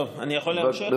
טוב, אני יכול להמשיך, אדוני?